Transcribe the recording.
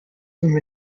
from